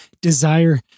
desire